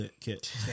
kit